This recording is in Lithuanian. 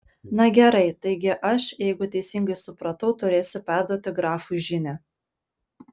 na gerai taigi aš jeigu teisingai supratau turėsiu perduoti grafui žinią